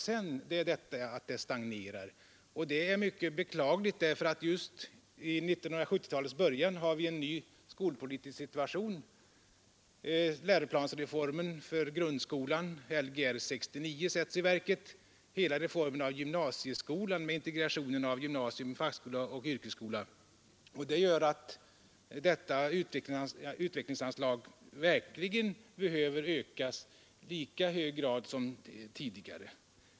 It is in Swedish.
Men sedan har det stagnerat, och det är mycket beklagligt eftersom vi just vid 1970-talets början har en ny skolpolitisk situation. Läroplansreformen för grundskolan — Lgr 69 — sätts i verket liksom hela reformen av gymnasieskolan med integration av gymnasium, fackskola och yrkesskola. Det gör att detta utvecklingsanslag verkligen behöver höjas i lika hög grad som tidigare.